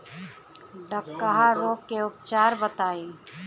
डकहा रोग के उपचार बताई?